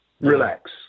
Relax